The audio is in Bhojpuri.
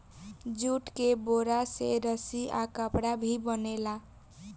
जूट के बोरा से रस्सी आ कपड़ा भी बनेला